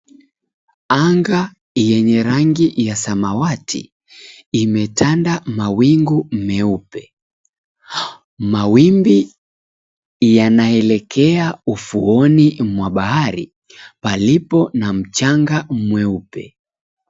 Anga yenye rangi ya samawati, imetanda mawingu meupe. Mawimbi yanaelekea ufuoni mwa bahari, palipo na mchanga mweupe.